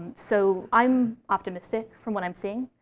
so i'm optimistic, from what i'm seeing.